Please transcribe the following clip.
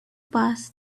pass